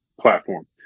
platform